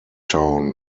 town